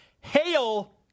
hail